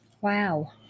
wow